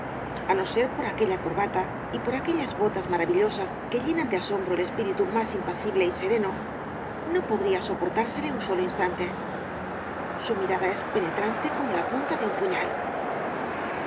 ser por aquella corbata y por aquellas botas maravillosas que llenan de asombro el espíritu más impasible y sereno no podría soportársele un solo instante su mirada es penetrante como la punta de un puñal